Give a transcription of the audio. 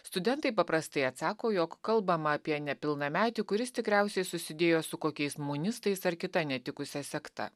studentai paprastai atsako jog kalbama apie nepilnametį kuris tikriausiai susidėjo su kokiais munistais ar kita netikusia sekta